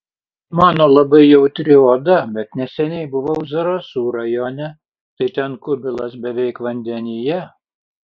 mano labai jautri oda bet neseniai buvau zarasų rajone tai ten kubilas beveik vandenyje